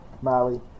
Molly